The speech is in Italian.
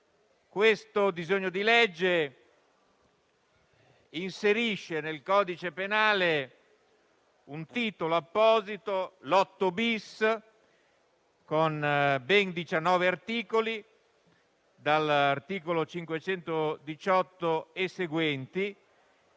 Questo disegno di legge inserisce nel codice penale un titolo apposito, il titolo VIII-*bis,* con ben 19 articoli, dall'articolo 518 e seguenti,